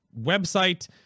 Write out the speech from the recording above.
website